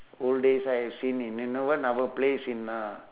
old days I have seen in in even in our place in uh